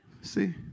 See